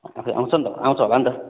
अन्त आउँछ नि त आउँछ होला नि त